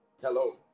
hello